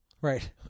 right